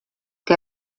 que